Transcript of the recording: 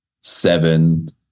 seven